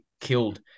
killed